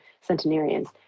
centenarians